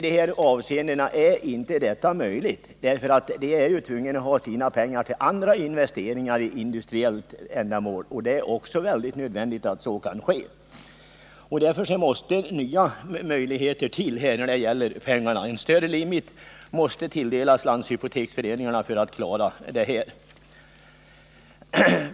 Men i dessa fall är inte detta möjligt, eftersom säljarna här är tvungna att ha sina pengar till andra investeringar för industriella ändamål — och det är också nödvändigt. Därför måste nya möjligheter till när det gäller nya lånepengar. En större limit måste tilldelas landshypoteksföreningarna för att man skall klara detta.